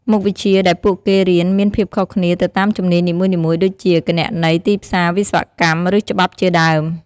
មុខវិជ្ជាដែលពួកគេរៀនមានភាពខុសគ្នាទៅតាមជំនាញនីមួយៗដូចជា គណនេយ្យ ទីផ្សារ វិស្វកម្ម ឬច្បាប់ជាដើម។